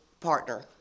partner